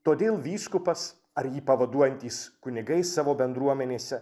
todėl vyskupas ar jį pavaduojantys kunigai savo bendruomenėse